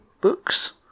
books